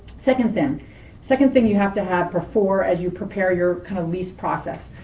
second thing second thing you have to have before as you prepare your kind of lease process.